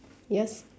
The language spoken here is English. yours